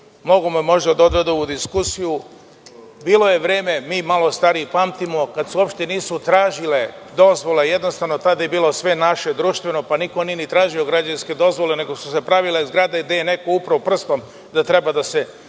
mnogome može da odvede ovu diskusiju. Bilo je vreme, mi malo stariji pamtimo, kada se uopšte nisu tražile dozvole. Jednostavno, tada je bilo sve naše, društveno, pa niko nije ni tražio građevinske dozvole, nego su se pravile zgrade gde je neko upro prstom da treba da se